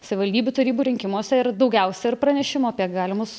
savivaldybių tarybų rinkimuose yra daugiausia ir pranešimų apie galimus